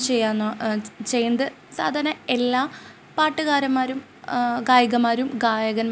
പിന്നെ പ്രോഗ്രാമ് കഴിയുമ്പോൾ എല്ലാവരും നല്ല അഭിപ്രായം പറയണ കേൾക്കുമ്പോൾ തന്നെ എനിക്ക് വളരെ അധികം സന്തോഷം തോന്നിയിട്ടുണ്ട്